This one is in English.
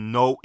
no